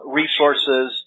resources